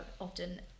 often